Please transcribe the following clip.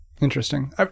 interesting